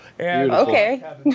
Okay